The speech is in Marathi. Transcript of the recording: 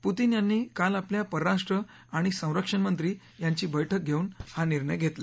पुतीन यांनी काल आपल्या परराष्ट्र आणि संरक्षण मंत्री यांची बैठक घेऊन हा निर्णय घेतला